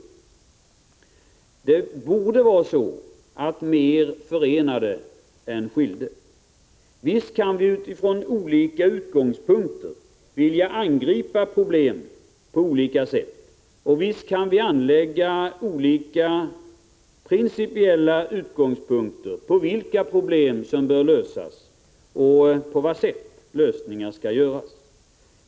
Det borde vara mera som förenade än som skiljde. Visst kan vi utifrån olika utgångspunkter vilja angripa problemen på olika sätt, och visst kan vi anlägga olika principiella synpunkter på vilka problem som bör lösas och hur det skall ske.